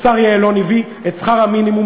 השר יעלון, הביא את שכר המינימום?